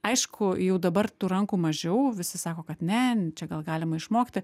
aišku jau dabar tų rankų mažiau visi sako kad ne čia gal galima išmokti